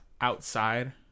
outside